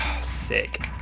Sick